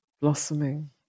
blossoming